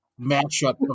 matchup